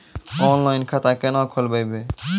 Online खाता केना खोलभैबै?